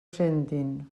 sentin